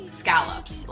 scallops